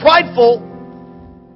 prideful